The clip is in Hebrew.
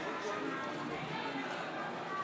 48, אין נמנעים.